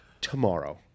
tomorrow